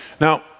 Now